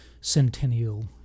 centennial